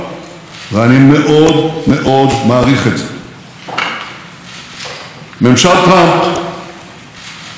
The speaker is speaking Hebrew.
ממשל טראמפ לא רק מחויב לתמיכה הביטחונית בישראל,